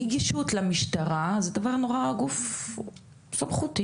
אין לה נגישות למשטרה וזה גוף נורא סמכותי,